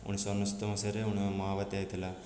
ଉଣେଇଶହ ଅନେଶତ ମସିହାରେ ମହାବାତ୍ୟା ହେଇଥିଲା